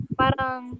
parang